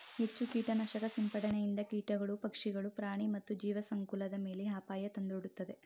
ಹೆಚ್ಚು ಕೀಟನಾಶಕ ಸಿಂಪಡಣೆಯಿಂದ ಕೀಟಗಳು, ಪಕ್ಷಿಗಳು, ಪ್ರಾಣಿ ಮತ್ತು ಜೀವಸಂಕುಲದ ಮೇಲೆ ಅಪಾಯ ತಂದೊಡ್ಡುತ್ತದೆ